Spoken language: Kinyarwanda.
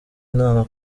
nama